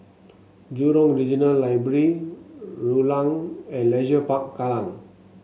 Jurong Regional Library Rulang and Leisure Park Kallang